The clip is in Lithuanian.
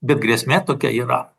bet grėsmė tokia yra